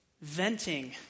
venting